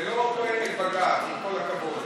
זה לא תואם את בג"ץ, עם כל הכבוד.